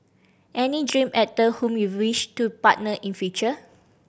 any dream actor whom you wish to partner in future